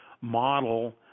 model